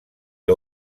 que